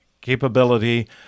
capability